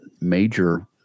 major